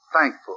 thankful